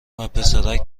وپسرک